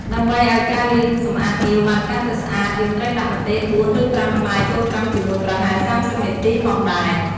ដើម្បីឲ្យការលាងសម្អាតងាវបានកាន់តែស្អាត យើងត្រូវដាក់ម្ទេស៤ឬ៥ផ្លែចូលត្រាំជាមួយប្រហែល៣០នាទីផងដែរ។